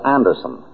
Anderson